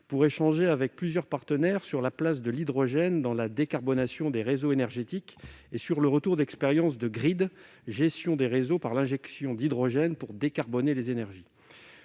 à discuter, avec plusieurs partenaires, de la place de l'hydrogène dans la décarbonation des réseaux énergétiques et du retour d'expérience sur la gestion des réseaux par injection d'hydrogène pour décarboner les énergies